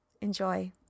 Enjoy